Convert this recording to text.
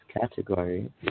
category